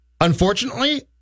unfortunately